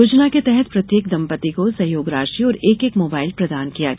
योजना के तहत प्रत्येक दंपत्ती को सहयोग राशि और एक एक मोबाइल प्रदान किया गया